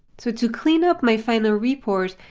so to clean up my final report,